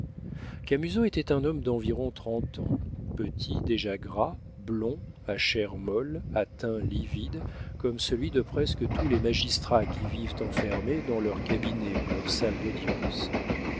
exécuté camusot était un homme d'environ trente ans petit déjà gras blond à chair molle à teint livide comme celui de presque tous les magistrats qui vivent enfermés dans leurs cabinets ou leurs salles d'audience